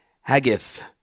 Haggith